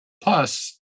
Plus